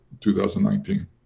2019